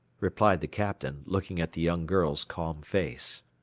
replied the captain, looking at the young girl's calm face.